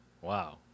wow